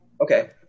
okay